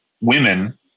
women